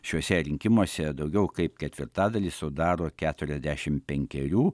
šiuose rinkimuose daugiau kaip ketvirtadalį sudaro keturiasdešim penkerių